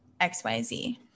XYZ